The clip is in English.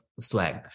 swag